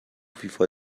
فیفا